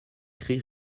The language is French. christ